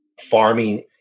farming